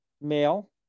male